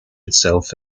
itself